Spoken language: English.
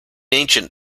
ancient